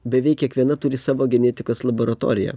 beveik kiekviena turi savo genetikos laboratoriją